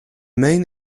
main